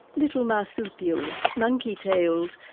little marsupials, monkey tailed,